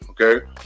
okay